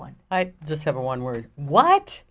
one i just have a one word what